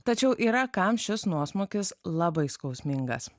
tačiau yra kam šis nuosmukis labai skausmingas